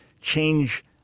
change